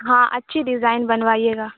ہاں اچھی ڈیزائن بنوائیے گا